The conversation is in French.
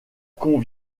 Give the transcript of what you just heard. qu’on